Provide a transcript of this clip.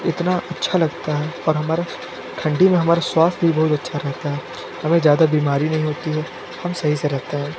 इतना अच्छा लगता है और हमारा ठंडी मे हमारा स्वास्थ्य भी बहुत अच्छा रहता है हमें ज़्यादा बीमारी नहीं होती है हम सही से रहते है